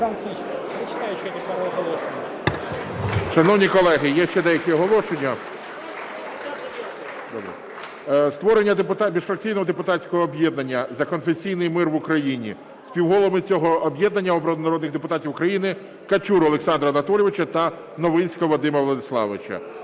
Шановні колеги, є ще деякі оголошення. Створення міжфракційного депутатського об'єднання "За конфесійний мир в Україні". Співголовами цього об'єднання обрано народних депутатів України Качуру Олександра Анатолійовича та Новинського Вадима Владиславовича.